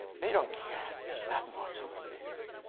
they don't care much about this.